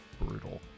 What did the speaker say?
brutal